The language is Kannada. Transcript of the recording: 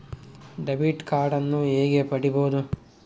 ಡೆಬಿಟ್ ಕಾರ್ಡನ್ನು ಹೇಗೆ ಪಡಿಬೋದು?